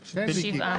מיקי,